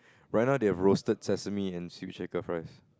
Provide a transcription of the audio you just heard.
right now they have roasted sesame and seaweed shaker fries